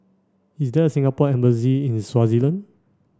is there a Singapore embassy in Swaziland